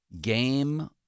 game